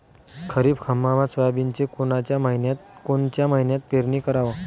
खरीप हंगामात सोयाबीनची कोनच्या महिन्यापर्यंत पेरनी कराव?